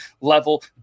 level